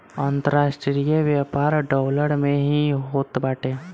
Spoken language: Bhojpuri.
अन्तरराष्ट्रीय व्यापार डॉलर में ही होत बाटे